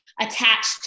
attached